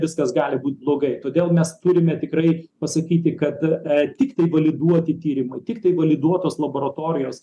viskas gali būt blogai todėl mes turime tikrai pasakyti kad e tiktai validuoti tyrimai tiktai validuotos laboratorijos